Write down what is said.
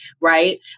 right